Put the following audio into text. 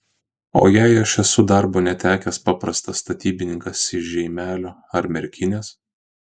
o jei aš esu darbo netekęs paprastas statybininkas iš žeimelio ar merkinės